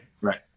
Right